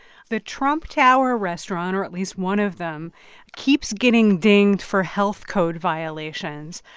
the trump tower restaurant or at least one of them keeps getting dinged for health code violations.